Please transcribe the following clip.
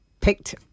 picked